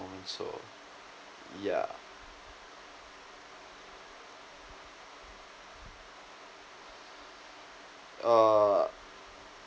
so yeah uh